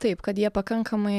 taip kad jie pakankamai